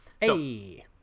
Hey